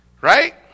right